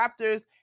Raptors